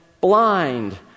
Blind